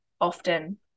often